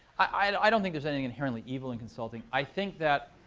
i don't think there's anything inherently evil in consulting. i think that